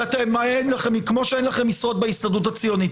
כמו שאין לכם משרות בהסתדרות הציונית.